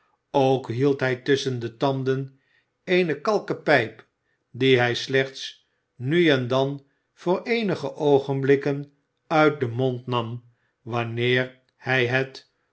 ook hield hij tusschen de tanden eene kalken pijp die hij slechts nu en dan voor eenige oogenblikken uit den mond nam wanneer hij het